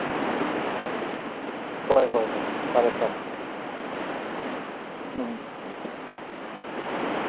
ꯍꯣꯏ ꯍꯣꯏ ꯍꯣꯏ ꯐꯔꯦ ꯐꯔꯦ ꯎꯝ